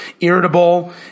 irritable